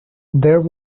there